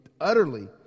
utterly